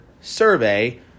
survey